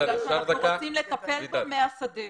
אנחנו רוצים לטפל בו מהשדה.